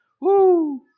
Woo